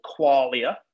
qualia